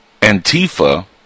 Antifa